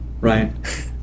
Right